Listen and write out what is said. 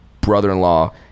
brother-in-law